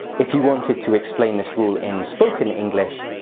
if you wanted to explain this rule in spoken english,